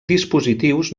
dispositius